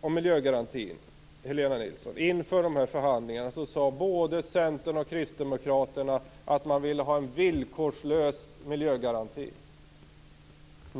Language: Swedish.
om miljögarantin, Helena Nilsson. Inför förhandlingarna sade både Centern och Kristdemokraterna att man ville ha en villkorslös miljögaranti.